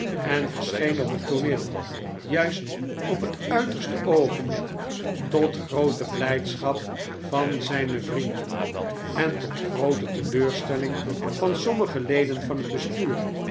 en verscheen op het tooneel juist op het uiterste oogenblik tot groote blijdschap van zijne vrienden en tot groote teleurstelling van sommige leden van het bestuur